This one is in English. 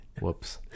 Whoops